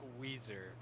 Weezer